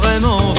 vraiment